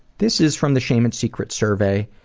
this is from the shame and secrets survey,